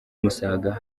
musaga